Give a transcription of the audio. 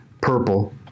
Purple